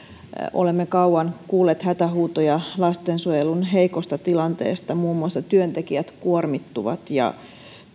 olemme kauan kuulleet hätähuutoja lastensuojelun heikosta tilanteesta muun muassa työntekijät kuormittuvat ja